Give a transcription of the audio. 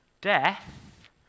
Death